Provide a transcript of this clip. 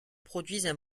produisent